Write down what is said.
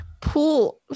pool